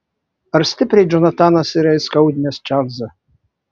ar stipriai džonatanas yra įskaudinęs čarlzą